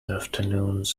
afternoons